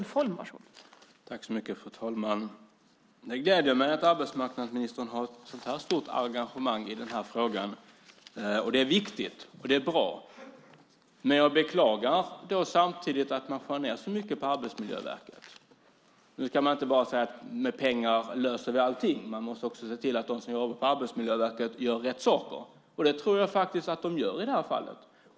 Fru talman! Det gläder mig att arbetsmarknadsministern har ett så starkt engagemang i den här frågan. Det är viktigt och det är bra. Men samtidigt beklagar jag att man skär ned så mycket på Arbetsmiljöverket. Nu ska jag inte säga att pengar löser allting. Man måste också se till att de som jobbar på Arbetsmiljöverket gör rätt saker, och det tror jag faktiskt att de gör i det här fallet.